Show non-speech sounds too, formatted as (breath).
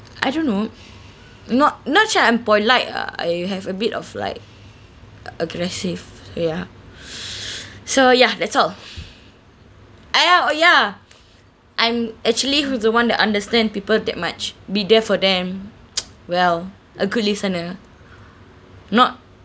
I don't know not not sure I'm polite ah I have a bit of like uh aggressive ya (breath) so ya that's all (breath) !aiya! oh ya I'm actually who's the one that understand people that much be there for them (noise) well a good listener not